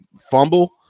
fumble